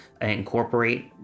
incorporate